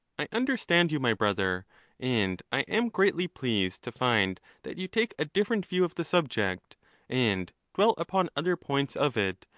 i understand you, my brother and i am greatly pleased to find that you take a different view of the subject, and dwell upon other points of it,